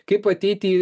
kaip ateiti į